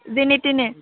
जेने थेने